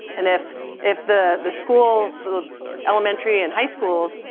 and if if the the schools the elementary and high schools